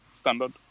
standard